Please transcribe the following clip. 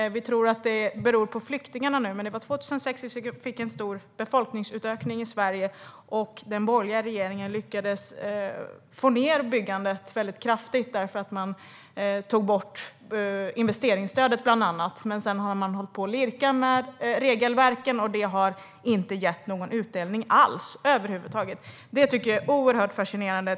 Vi tror nu att det beror på flyktingarna, men det var 2006 som det blev en stor befolkningsökning i Sverige. Den borgerliga regeringen lyckades minska byggandet väldigt kraftigt därför att man tog bort bland annat investeringsstödet. Sedan har man lirkat med regelverken, och det har över huvud taget inte gett någon utdelning alls. Det tycker jag är oerhört fascinerande.